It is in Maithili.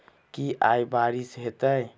की आय बारिश हेतै?